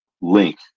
link